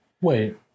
wait